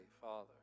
Father